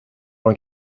dans